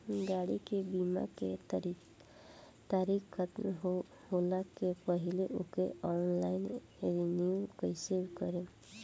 गाड़ी के बीमा के तारीक ख़तम होला के पहिले ओके ऑनलाइन रिन्यू कईसे करेम?